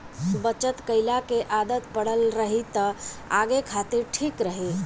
बचत कईला के आदत पड़ल रही त आगे खातिर ठीक रही